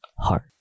heart